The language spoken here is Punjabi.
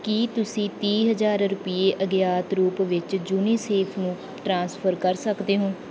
ਕੀ ਤੁਸੀਂਂ ਤੀਹ ਹਜ਼ਾਰ ਰੁਪਏ ਅਗਿਆਤ ਰੂਪ ਵਿੱਚ ਯੂਨੀਸੇਫ ਨੂੰ ਟ੍ਰਾਂਸਫਰ ਕਰ ਸਕਦੇ ਹੋ